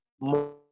more